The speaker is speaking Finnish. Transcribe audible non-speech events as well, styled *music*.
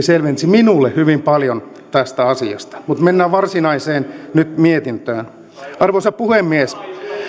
*unintelligible* selvensi minulle hyvin paljon tätä mutta mennään nyt varsinaiseen mietintöön arvoisa puhemies